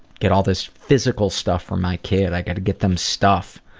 get all this physical stuff for my kid, i gotta get them stuff'.